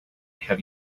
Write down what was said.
have